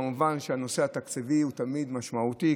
כמובן שהנושא התקציבי הוא תמיד משמעותי,